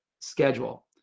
schedule